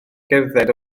gerdded